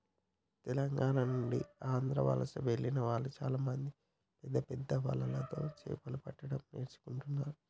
తెలంగాణ నుండి ఆంధ్ర వలస వెళ్లిన వాళ్ళు చాలామంది పెద్దపెద్ద వలలతో చాపలు పట్టడం నేర్చుకున్నారు